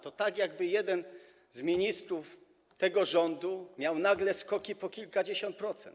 To tak, jakby jeden z ministrów tego rządu miał nagle skoki po kilkadziesiąt procent.